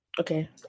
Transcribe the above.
Okay